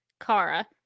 Kara